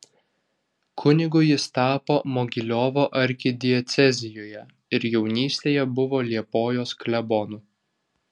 kunigu jis tapo mogiliovo arkidiecezijoje ir jaunystėje buvo liepojos klebonu